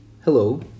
Hello